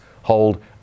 hold